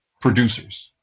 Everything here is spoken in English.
producers